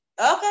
okay